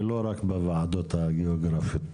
ולא רק בוועדות הגיאוגרפיות.